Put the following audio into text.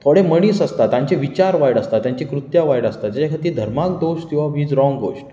थोडें मनीस आसता तांचे विचार वायट आसता तांचीं कृत्यां वायट आसता जें खातीर धर्माक दोश दिवप ही रॉंग गोश्ट